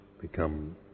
become